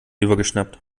übergeschnappt